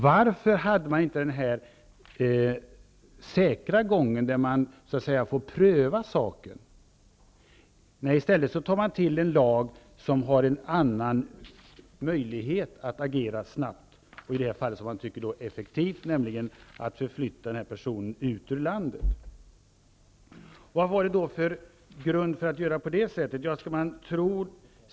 Varför tillämpade man inte den säkra gången där man får pröva saken? I stället tog man till en lag som ger en annan möjlighet att agera snabbt och, som man tycker i det här fallet, effektivt, nämligen att förflytta den här personen ut ur landet. Vad fanns det för grund för att göra på det sättet?